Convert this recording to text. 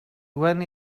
when